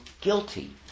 guilty